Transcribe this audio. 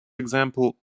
example